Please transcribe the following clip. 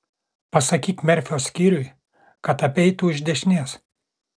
pasakyk merfio skyriui kad apeitų iš dešinės